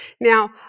Now